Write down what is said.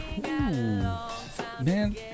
man